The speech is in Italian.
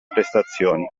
prestazioni